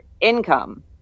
income